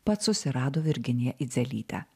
pats susirado virginiją idzelytę